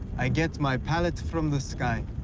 i get my palette from the sky.